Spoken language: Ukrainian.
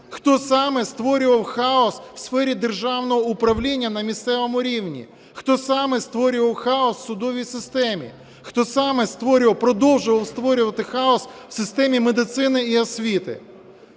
хто саме створював хаос в сфері державного управління на місцевому рівні, хто саме створював хаос в судовій системі, хто саме створював, продовжував створювати хаос в системі медицини і освіти.